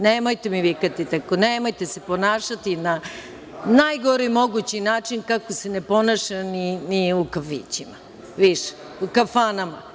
Nemojte mi vikati i nemojte se tako ponašati na najgori mogući način, kako se ne ponaša ni u kafićima, u kafanama.